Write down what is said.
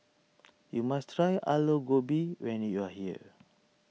you must try Aloo Gobi when you are here